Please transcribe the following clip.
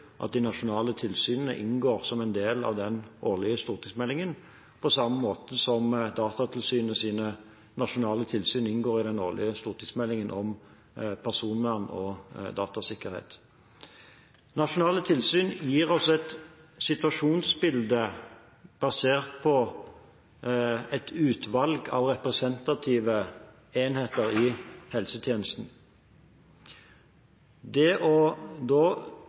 at de nasjonale tilsynene inngår som en del av den årlige stortingsmeldingen, på samme måte som Datatilsynets nasjonale tilsyn inngår i den årlige stortingsmeldingen om personvern og datasikkerhet. Nasjonale tilsyn gir oss et situasjonsbilde basert på et utvalg av representative enheter i helsetjenesten. Det